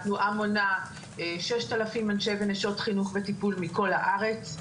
התנועה מונה 6000 אנשי ונשות חינוך וטיפול מכול הארץ.